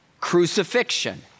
Crucifixion